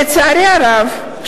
לצערי הרב,